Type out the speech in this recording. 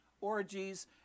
Orgies